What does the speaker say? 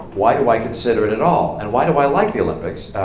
why do i consider it at all? and why do i like the olympics